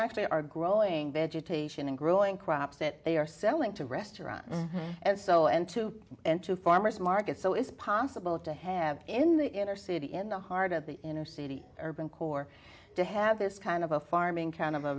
actually are growing vegetation and growing crops that they are selling to restaurants and so and to and to farmers markets so it's possible to have in the inner city in the heart of the inner city urban core to have this kind of a farming kind of a